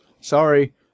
sorry